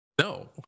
no